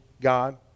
God